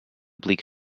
bleak